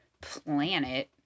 planet